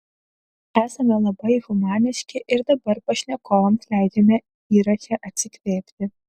esame labai humaniški ir dabar pašnekovams leidžiame įraše atsikvėpti